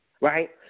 right